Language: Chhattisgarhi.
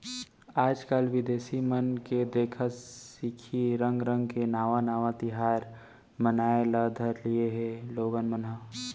आजकाल बिदेसी मन के देखा सिखी रंग रंग के नावा नावा तिहार मनाए ल धर लिये हें लोगन मन ह